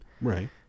Right